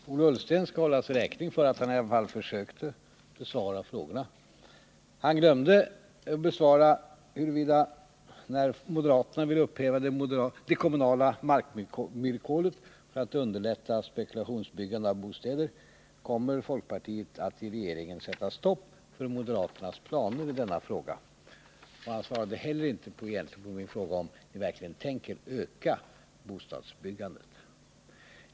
Herr talman! Ola Ullsten skall hållas räkning för att han i alla fall försökte besvara mina frågor. Han glömde dock besvara frågan huruvida folkpartiet kommer att sätta stopp för moderaternas planer på att upphäva de kommunala markvillkoren för att underlätta spekulationsbyggande av bostäder. Ola Ullsten svarade inte heller på min fråga om man verkligen tänker öka bostadsbyggandet.